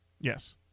Yes